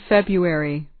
February